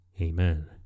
amen